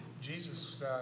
Jesus